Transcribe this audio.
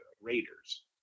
Raiders